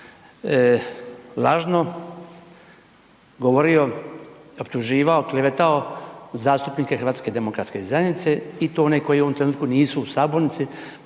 lažno govorio, optuživao, klevetao zastupnike HDZ-a i to one koji u ovom trenutku nisu u sabornici